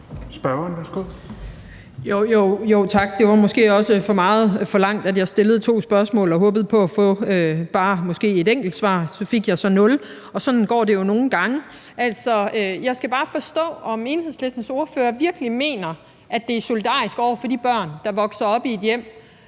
Ellen Trane Nørby (V): Tak. Det var måske også for meget forlangt, at jeg stillede to spørgsmål og håbede på at få bare måske et enkelt svar, men så fik jeg så intet svar. Sådan går det jo nogle gange. Jeg skal bare forstå, om Enhedslistens ordfører virkelig mener, at det er solidarisk over for de børn, der vokser op i et hjem,